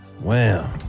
Wow